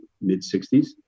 mid-60s